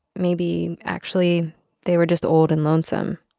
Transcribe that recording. maybe actually they were just old and lonesome,